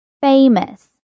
Famous